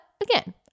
Again